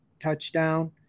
touchdown